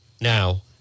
now